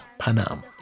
Panam